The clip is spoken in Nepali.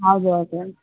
हजुर हजुर